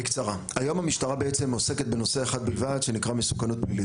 בקצרה: היום המשטרה בעצם עוסקת בנושא אחד בלבד שנקרא מסוכנות פלילית.